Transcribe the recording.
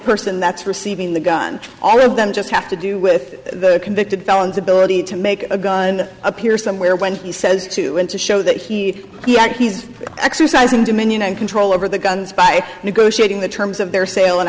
person that's receiving the gun all of them just have to do with the convicted felons ability to make a gun appear somewhere when he says to him to show that he yet he's exercising dominion and control over the guns by negotiating the terms of their sale and